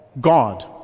God